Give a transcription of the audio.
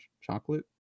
chocolate